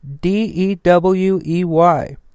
D-E-W-E-Y